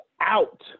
out